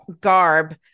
garb